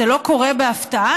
זה לא קורה בהפתעה,